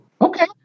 Okay